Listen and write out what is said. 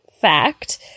fact